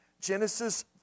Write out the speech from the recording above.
Genesis